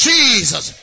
Jesus